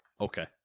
okay